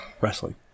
wrestling